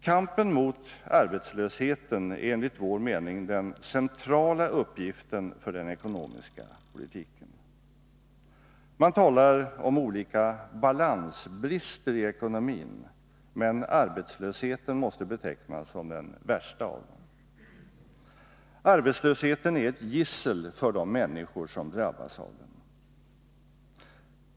Kampen mot arbetslösheten är enligt vår mening den centrala uppgiften för den ekonomiska politiken. Man talar om olika ”balansbrister” i ekonomin, men arbetslösheten måste betecknas som den värsta av dem. Arbetslösheten är ett gissel för de människor som drabbas av den.